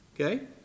Okay